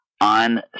On